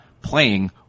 playing